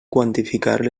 quantificar